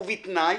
ובתנאי